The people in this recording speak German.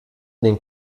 den